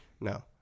No